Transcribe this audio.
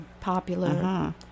popular